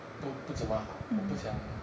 不不怎么好我不想